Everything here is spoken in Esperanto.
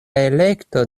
elekto